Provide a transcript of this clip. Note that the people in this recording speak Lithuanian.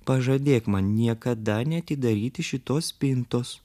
pažadėk man niekada neatidaryti šitos spintos